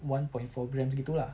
one point four grams gitu lah